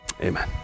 Amen